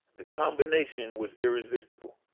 the combination was irresistible.